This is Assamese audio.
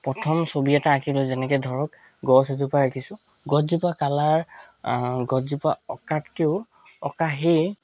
প্ৰথম ছবি এটা আকিলোঁ যেনেকৈ ধৰক গছ এজোপা আকিছোঁ গছজোপা কালাৰ গছজোপা অঁকাতকৈও অঁকা সেই